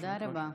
תודה רבה,